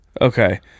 Okay